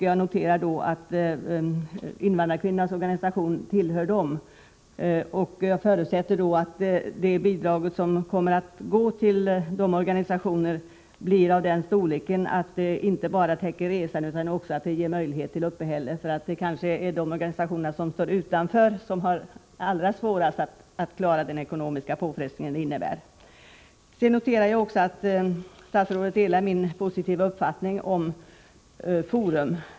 Jag noterar att invandrarkvinnornas organisation tillhör dem. Jag förutsätter då att det bidrag som kommer att gå till dessa organisationer blir av den storleken att det inte bara täcker resekostnaderna utan också ger möjlighet till uppehälle. Det är kanske de organisationer som står utanför som har allra svårast att klara den ekonomiska påfrestning som ett deltagande innebär. Jag noterar också att statsrådet delar min positiva uppfattning om Forum.